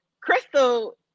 Crystal